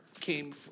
came –